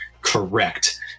correct